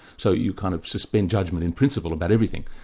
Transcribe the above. so you kind of suspend judgment in principle about everything.